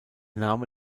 name